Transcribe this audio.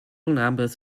numbers